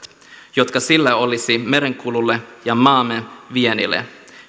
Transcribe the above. joita sillä olisi merenkululle ja maamme viennille